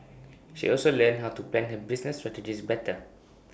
she also learned how to plan her business strategies better